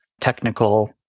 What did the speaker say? technical